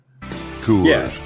Cool